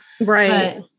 Right